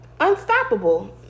unstoppable